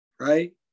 right